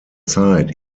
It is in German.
zeit